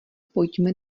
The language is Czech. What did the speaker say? pojďme